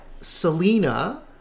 Selena